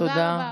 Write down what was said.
תודה רבה.